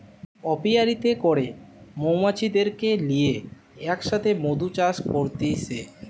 অপিয়ারীতে করে সব মৌমাছিদেরকে লিয়ে এক সাথে মধু চাষ করতিছে